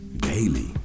Daily